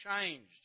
changed